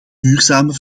duurzame